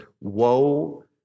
Woe